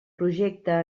projecte